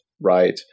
right